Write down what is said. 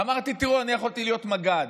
אמרתי: תראו, אני יכולתי להיות מג"ד,